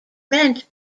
rent